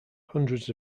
hundreds